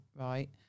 right